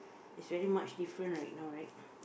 is very much different right now right